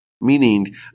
Meaning